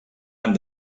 han